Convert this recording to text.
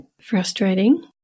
frustrating